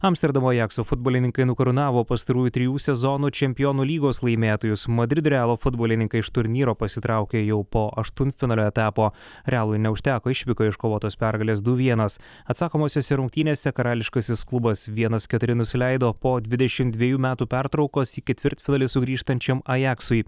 amsterdamo ajakso futbolininkai nukarūnavo pastarųjų trijų sezonų čempionų lygos laimėtojus madrido realo futbolininkai iš turnyro pasitraukė jau po aštuntfinalio etapo realui neužteko iškovotos pergalės du vienas atsakomosiose rungtynėse karališkasis klubas vienas keturi nusileido po dvidešimt dviejų metų pertraukos į ketvirtfinalį sugrįžtančiam ajaksui